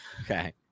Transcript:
Okay